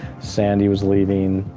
sandy was leaving,